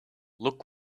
look